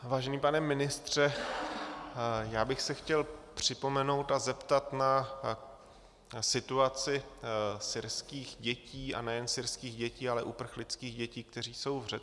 Vážený pane ministře, já bych se chtěl připomenout a zeptat na situaci syrských dětí, a nejen syrských dětí, ale uprchlických dětí, které jsou v Řecku.